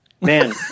man